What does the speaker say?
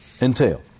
entail